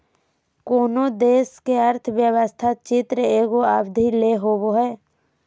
कोनो देश के अर्थव्यवस्था चित्र एगो अवधि ले होवो हइ